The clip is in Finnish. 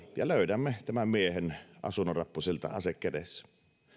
ja löydämme tämän miehen asunnon rappusilta ase kädessään